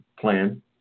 plan